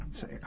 say